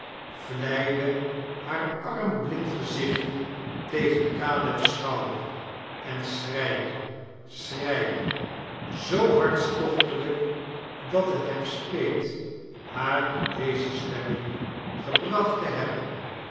vleide haar arm blind gezichtje tegen caleb's schouder en schreide schreide zoo hartstochtelijk dat t hem speet haar in deze stemming gebracht te hebben